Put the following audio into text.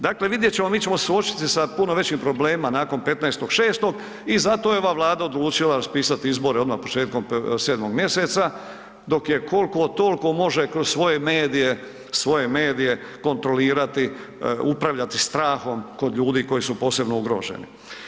Dakle, vidjet ćemo, mi ćemo se suočiti sa puno većim problemima nakon 15.6. i zato je ova Vlada odlučila raspisati izbore odmah početkom 7 mjeseca dok je kolko tolko može kroz svoje medije, svoje medije kontrolirati, upravljati strahom kod ljudi koji su posebno ugroženi.